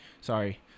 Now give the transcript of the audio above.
Sorry